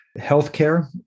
Healthcare